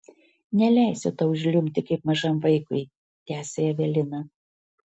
neleisiu tau žliumbti kaip mažam vaikui tęsė evelina